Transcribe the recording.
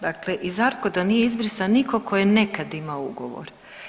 Dakle, iz ARCOD-a nije izbrisan niko tko je nekad imao ugovor.